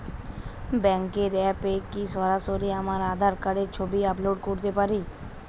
ব্যাংকের অ্যাপ এ কি সরাসরি আমার আঁধার কার্ড র ছবি আপলোড করতে পারি?